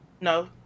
No